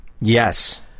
Yes